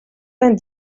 vingt